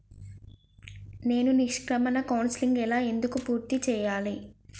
నేను నిష్క్రమణ కౌన్సెలింగ్ ఎలా ఎందుకు పూర్తి చేయాలి?